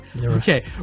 Okay